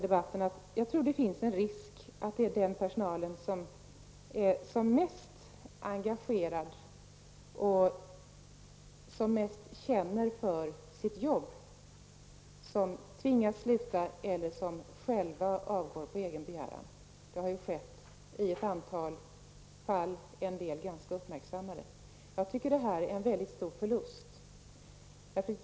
Det finns en risk för att den personal som är mest engagerad och som känner mest för sitt jobb tvingas sluta eller avgå på egen begäran. Det har skett i ett antal fall -- en del ganska uppmärksammade. Jag tycker att detta är en väldigt stor förlust.